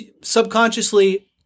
subconsciously